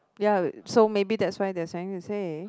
ya so maybe that's why they're trying to say